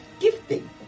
gifting